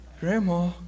Grandma